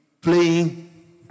playing